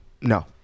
No